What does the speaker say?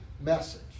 message